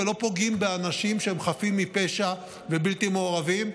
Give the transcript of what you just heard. ולא פוגעים באנשים שהם חפים מפשע ובלתי מעורבים,